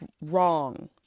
wrong